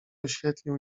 oświetlił